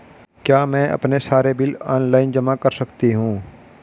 क्या मैं अपने सारे बिल ऑनलाइन जमा कर सकती हूँ?